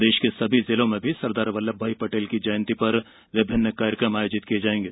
प्रदेश के सभी जिलों में भी सरदार वल्लभभाई पटेल की जयंती पर विभिन्न कार्यक्रम आयोजित किये जायेंगे